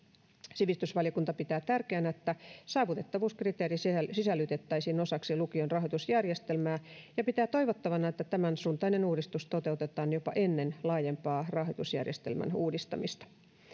sivistysvaliokunta pitää tärkeänä että saavutettavuuskriteeri sisällytettäisiin osaksi lukion rahoitusjärjestelmää ja pitää toivottavana että tämänsuuntainen uudistus toteutetaan jopa ennen laajempaa rahoitusjärjestelmän uudistamista